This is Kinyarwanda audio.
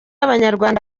abanyarwanda